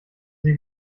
sie